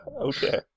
Okay